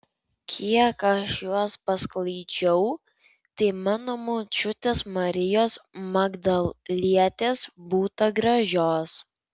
kiek aš juos pasklaidžiau tai mano močiutės marijos magdalietės būta gražios